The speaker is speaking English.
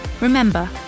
Remember